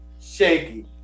Shaky